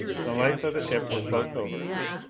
the lights of the ship were close over us.